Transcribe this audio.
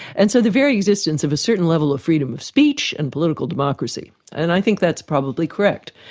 and so the very existence of a certain level of freedom of speech and political democracy. and i think that's probably correct.